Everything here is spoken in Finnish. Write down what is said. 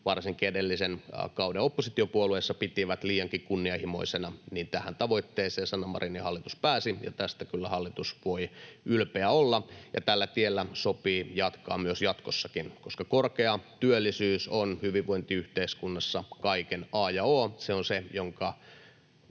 varsinkin edellisen kauden oppositiopuolueessa piti liiankin kunnianhimoisena, mutta tähän tavoitteeseen Sanna Marinin hallitus pääsi. Tästä kyllä hallitus voi ylpeä olla, ja tällä tiellä sopii jatkaa jatkossakin, koska korkea työllisyys on hyvinvointiyhteiskunnassa kaiken a ja o. Se on se, jonka